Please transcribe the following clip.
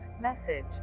message